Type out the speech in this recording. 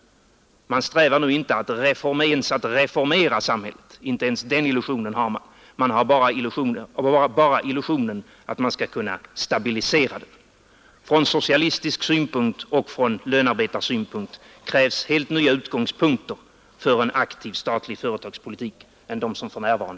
Man strävar nu inte efter att reformera samhället — inte ens den illusionen har man; man har bara illusionen att man skall kunna stabilisera det. Från socialistiskt synpunkt och från lönearbetarsynpunkt krävs helt andra förutsättningar för en aktiv statlig företagspolitik än de nuvarande.